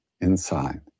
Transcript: inside